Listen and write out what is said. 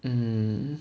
mm